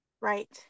Right